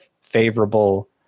favorable